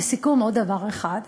לסיכום, עוד דבר אחד: